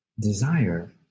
Desire